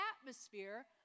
atmosphere